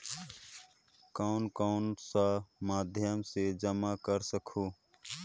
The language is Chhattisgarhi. कौन कौन सा माध्यम से जमा कर सखहू?